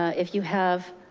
ah if you have